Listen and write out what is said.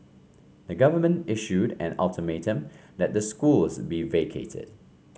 the government issued an ultimatum that the schools be vacated